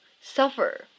suffer